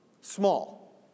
Small